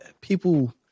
people